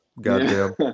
goddamn